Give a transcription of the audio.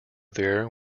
there